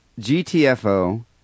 GTFO